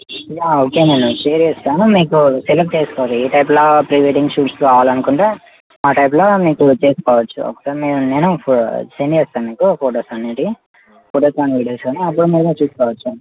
yeah okay నేను share చేస్తాను మీకు సెలెక్ట్ చేసుకోవాలి మీకు ఏ టైపులో ప్రీ వెడ్డింగ్ షూట్ కావాలనుకుంటే ఆ టైపులో మీకు చేసుకోవచ్చు ఒక సారి నేను ఫో సెండ్ చేస్తాను మీకు ఫోటోస్ అనేటివి ఫోటోస్ గానీ వీడియోస్ గానీ అప్పుడు మీరు చూసుకోవచ్చు